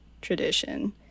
tradition